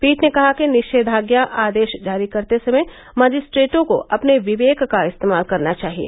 पीठ ने कहा कि निषेवाज्ञा आदेश जारी करते समय मजिस्ट्रेटों को अपने विवेक का इस्तेमाल करना चाहिए